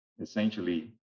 essentially